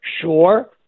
Sure